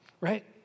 Right